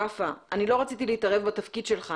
ופאא: " אני לא רציתי להתערב בתפקיד שלך,